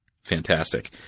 fantastic